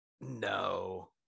No